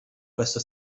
questo